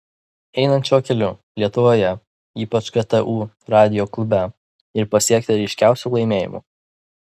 einant šiuo keliu lietuvoje ypač ktu radijo klube ir pasiekta ryškiausių laimėjimų